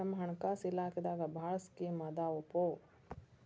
ನಮ್ ಹಣಕಾಸ ಇಲಾಖೆದಾಗ ಭಾಳ್ ಸ್ಕೇಮ್ ಆದಾವೊಪಾ